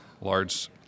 large